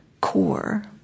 core